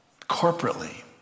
corporately